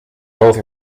both